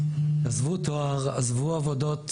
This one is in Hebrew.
עזבו לימודים לתואר או שעזבו עבודות